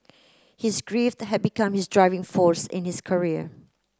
his grief had become his driving force in his career